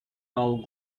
tall